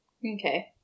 Okay